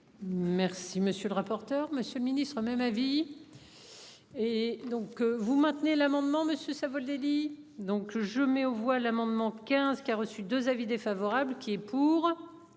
Merci monsieur le rapporteur. Monsieur le Ministre même avis. Et donc. Que vous maintenez l'amendement monsieur Savoldelli donc je mets aux voix l'amendement 15 qui a reçu 2 avis défavorables. Qui est pour.